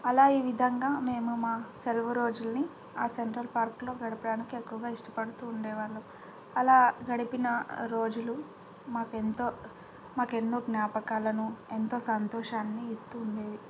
అలా ఈ విధంగా మేము మా సెలవు రోజులని ఆ సెంట్రల్ పార్క్లో గడపడానికి ఎక్కువగా ఇష్టపడుతు ఉండేవాళ్ళు అలా గడిపిన రోజులు మాకు ఎంతో మాకు ఎన్నో జ్ఞాపకాలను ఎంతో సంతోషాన్ని ఇస్తు ఉండేవి